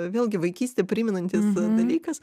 vėlgi vaikystę primenantis dalykas